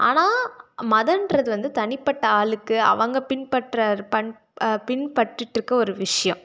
ஆனால் மதம்கிறது வந்து தனிப்பட்ட ஆளுக்கு அவங்க பின்பற்ற பண் பின்பற்றிகிட்டு இருக்க ஒரு விஷயம்